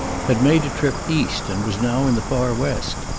had made a trip east and was now in the far west.